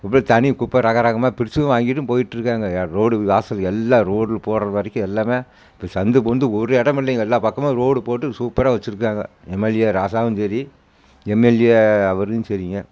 இப்படி தனி குப்பை ரக ரகமாக பிரித்தும் வாங்கிட்டும் போயிட்டுருக்காங்க யார் ரோடு வாசல் எல்லாம் ரோடு போடுகிற வரைக்கு எல்லாமே இப்போ சந்து பொந்து ஒரு இடம் இல்லைங்க எல்லா பக்கமும் ரோடு போட்டு சூப்பராக வச்சிருக்காங்க எம்எல்ஏ ராசாவும் சரி எம்எல்ஏ அவரும் சரிங்க